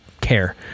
care